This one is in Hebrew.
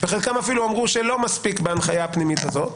חלקם אפילו אמרו שלא מספיק בהנחיה הפנימית הזו.